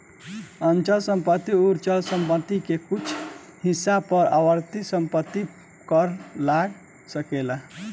अचल संपत्ति अउर चल संपत्ति के कुछ हिस्सा पर आवर्ती संपत्ति कर लाग सकेला